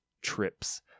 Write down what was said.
trips